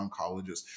oncologist